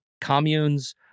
communes